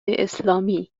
اسلامی